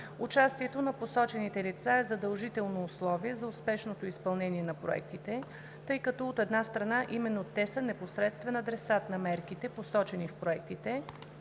Участието на посочените лица е задължително условие за успешното изпълнение на проектите, тъй като, от една страна, именно те са непосредствен адресат на мерките, посочени в проектите,